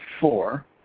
four